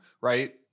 right